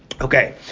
Okay